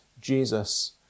Jesus